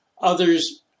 others